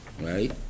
right